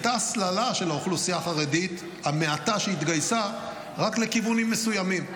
הייתה הסללה של האוכלוסייה החרדית המעטה שהתגייסה רק לכיוונים מסוימים,